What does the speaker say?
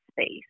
space